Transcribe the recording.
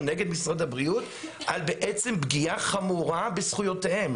נגד משרד הבריאות על בעצם פגיעה חמורה בזכויותיהם.